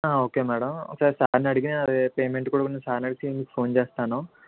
okay madam ఒకసారి సార్ని అడిగి నేను పేమెంట్ గురించి సార్ని అడిగి మీకు ఫోన్ చేస్తాను